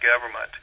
government